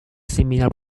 similar